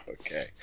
Okay